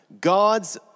God's